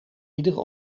iedere